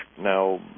Now